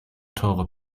teure